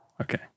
Okay